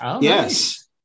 Yes